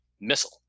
missile